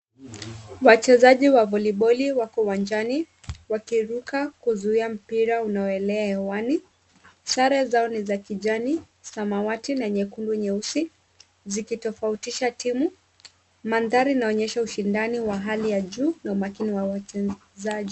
Wachezaji wa voliboli wako uwanjani wakiruka kuzia mpira unaoelea hewani. Sare zao ni za kijani, samawati na nyekundu nyeusi zikitofautisha timu. Mandhari inaonyesha ushindani wa hali ya juu na umakini wa wachezaji.